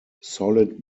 solid